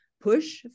push